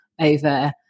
over